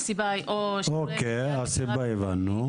והסיבה היא או שיקולי מניעה --- את הסיבה הבנו.